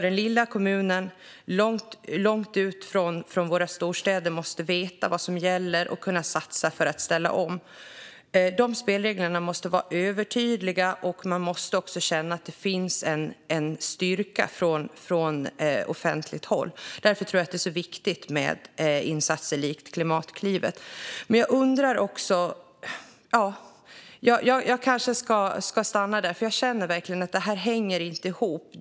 Den lilla kommunen långt bort från våra storstäder måste veta vad som gäller och kunna satsa för att ställa om. Dessa spelregler måste vara övertydliga, och man måste känna att det finns en styrka från offentligt håll. Därför tror jag att det är så viktigt med insatser likt Klimatklivet. Jag kanske ska stanna där, för jag känner verkligen att det här inte hänger ihop.